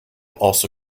also